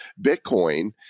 Bitcoin